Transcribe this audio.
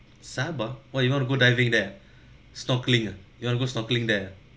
sabah why you want to go diving there snorkeling ah you want to go snorkeling there